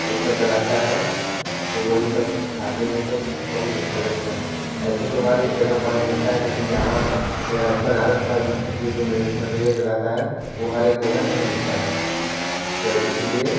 वो सब डलाता है तो वही सब खाते हैं सब बहुत अच्छा लगता है ऐसे तो हर एक जगह पान मिलता है लेकिन जहाँ बनारस का जो जो मटेरियल डलाता है वो हर एक जगह नहीं मिलता है तो इसीलिए